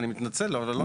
אני מתנצל, אבל לא נדרשת.